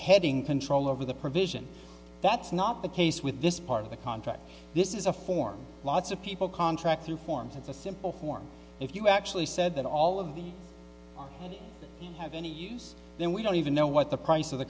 heading control over the provision that's not the case with this part of the contract this is a form lots of people contract through forms it's a simple form if you actually said that all of these have any use then we don't even know what the price of the